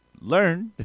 learned